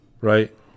right